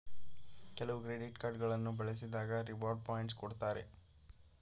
ಕೆಲವು credit card ಗಳನ್ನು ಬಳಸಿದಾಗ ರಿವಾರ್ಡ್ ಪಾಯಿಂಟ್ಸ್ ಕೊಡ್ತಾರೆ